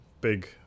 big